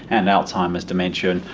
and alzheimer's dementia, and